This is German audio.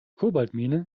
kobaltmine